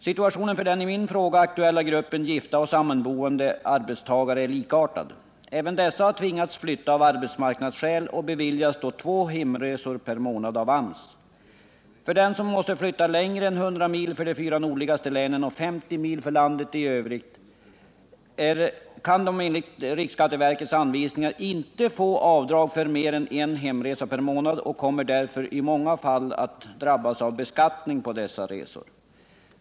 Situationen för den i min fråga aktuella gruppen, gifta och sammanboende arbetstagare, är likartad. Även dessa har tvingats flytta av arbetsmarknadsskäl och beviljas då två hemresor per månad av AMS. Den som måste flytta längre än 100 mil, för dem som bor i de fyra nordligaste länen, eller 50 mil, för dem som bor i landet i övrigt, kan enligt riksskatteverkets anvisningar inte få avdrag för mer än en hemresa per månad och kommer därför i många fall att drabbas av beskattning på reseersättning för en resa per månad.